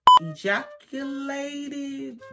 ejaculated